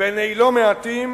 בעיני לא מעטים,